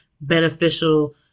beneficial